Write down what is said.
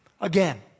again